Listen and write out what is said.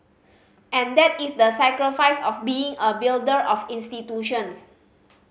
and that is the sacrifice of being a builder of institutions